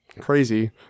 Crazy